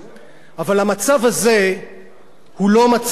אבל המצב הזה הוא לא מצב תקין.